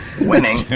winning